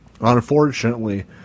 Unfortunately